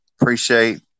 Appreciate